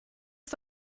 ist